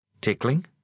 Tickling